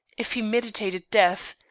if he meditated death,